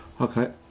Okay